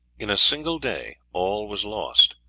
in a single day all was lost,